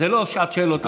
זאת לא שעת שאלות לשר.